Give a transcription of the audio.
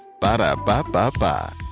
Ba-da-ba-ba-ba